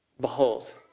behold